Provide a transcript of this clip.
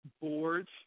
boards